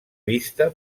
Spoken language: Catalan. vista